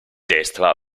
destra